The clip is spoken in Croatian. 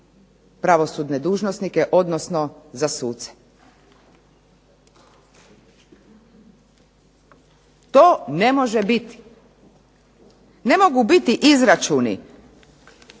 pravosudne dužnosnike, odnosno za suce? To ne može biti. Ne mogu biti izračuni